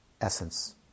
essence